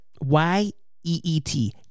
y-e-e-t